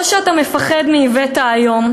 פה אבל אני מקווה שהוא מקשיב: או שאתה מפחד מאיווט האיום,